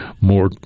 more